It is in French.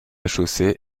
chaussée